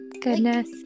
Goodness